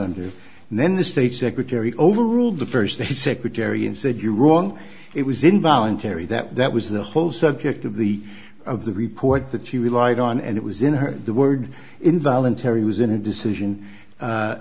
under and then the state secretary overruled the first the secretary and said you're wrong it was involuntary that was the whole subject of the of the report that she relied on and it was in her the word involuntary was in a decision